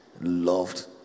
loved